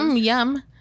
Yum